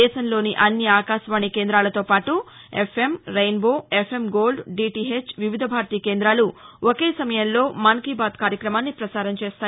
దేశంలోని అన్ని ఆకాశవాణి కేందాలతోపాటు FM Rainbow FM Gold DTH Vividh Bharati కేంద్రాలు ఒకే సమయంలో మన్ కీ బాత్ కార్యక్రమాన్ని పసారం చేస్తాయి